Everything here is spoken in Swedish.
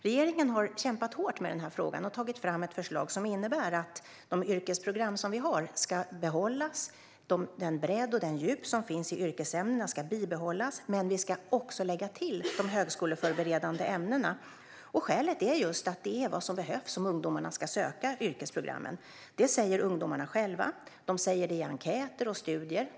Regeringen har kämpat hårt med den här frågan och tagit fram ett förslag som innebär att de yrkesprogram som vi har ska behållas. Den bredd och det djup som finns i yrkesämnena ska bibehållas, men vi ska också lägga till de högskoleförberedande ämnena. Skälet är just att det är vad som behövs om ungdomarna ska söka yrkesprogrammen. Det säger ungdomarna själva i enkäter och studier.